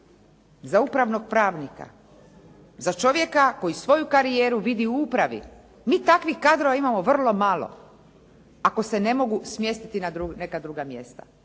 za upravnog pravnika, za čovjeka koji svoju karijeru vidi u upravi? Mi takvih kadrova imamo vrlo malo. Ako se ne mogu smjestiti na neka druga mjesta.